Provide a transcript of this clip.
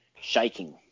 shaking